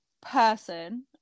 person